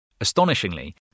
Astonishingly